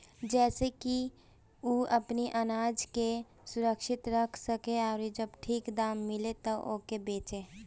जेसे की उ अपनी आनाज के सुरक्षित रख सके अउरी जब ठीक दाम मिले तब ओके बेचे